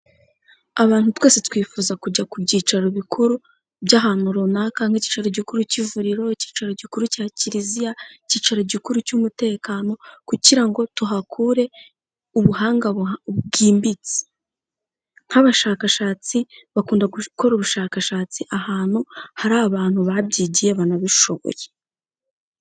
Abantu twese twifuza kujya ku byicaro bikuru by'ahantu runaka nk'ikicaro gikuru k'ivuriro, icyicaro gikuru cya kiliziya, icyicaro gikuru cy'umutekano kugira ngo tuhakure ubuhanga bwimbitse nk'abashakashatsi bakunda gukora ubushakashatsi ahantu hari abantu babyigiye banabishoboye.